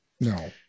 No